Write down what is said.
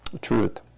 truth